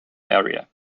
area